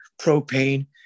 Propane